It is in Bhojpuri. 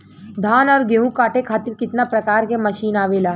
धान और गेहूँ कांटे खातीर कितना प्रकार के मशीन आवेला?